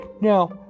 now